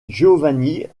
giovanni